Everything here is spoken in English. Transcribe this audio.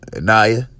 Naya